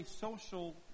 social